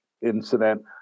incident